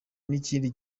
n’ikindi